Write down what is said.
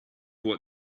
what